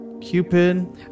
Cupid